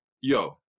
Yo